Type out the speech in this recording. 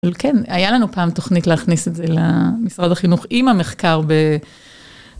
וכן, היה לנו פעם תוכנית להכניס את זה למשרד החינוך עם המחקר ב.